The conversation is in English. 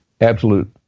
absolute